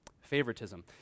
Favoritism